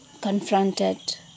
confronted